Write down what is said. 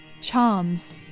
charms